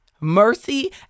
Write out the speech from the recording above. mercy